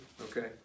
Okay